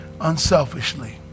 Unselfishly